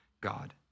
God